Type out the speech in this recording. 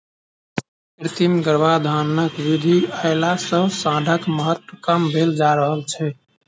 कृत्रिम गर्भाधानक विधि अयला सॅ साँढ़क महत्त्व कम भेल जा रहल छै